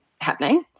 happening